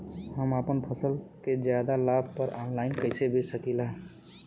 हम अपना फसल के ज्यादा लाभ पर ऑनलाइन कइसे बेच सकीला?